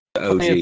OG